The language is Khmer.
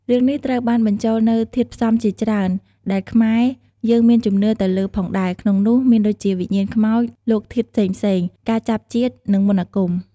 រឿងនេះត្រូវបានបញ្ចូលនូវធាតុផ្សំជាច្រើន ដែលខ្មែរយើងមានជំនឿទៅលើផងដែរ ក្នុងនោះមានដូចជា វិញ្ញាណខ្មោច លោកធាតុផ្សេងៗ ការចាប់ជាតិ និងមន្តអាគម។